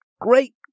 great